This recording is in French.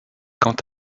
quant